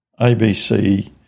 ABC